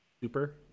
super